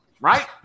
right